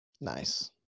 nice